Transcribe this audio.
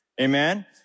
amen